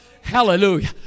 Hallelujah